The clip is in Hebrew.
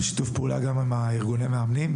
גם עם ארגוני המאמנים,